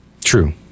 True